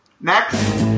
Next